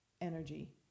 energy